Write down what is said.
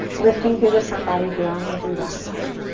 lifting through the front body, grounding through the back body.